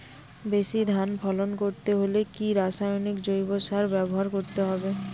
বেশি ধান ফলন করতে হলে কি রাসায়নিক জৈব সার ব্যবহার করতে হবে?